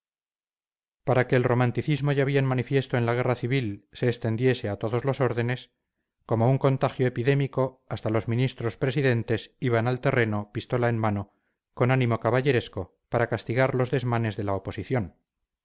para que el romanticismo ya bien manifiesto en la guerra civil se extendiese a todos los órdenes como un contagio epidémico hasta los ministros presidentes iban al terreno pistola en mano con ánimo caballeresco para castigar los desmanes de la oposición